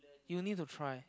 you need to try